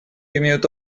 имеют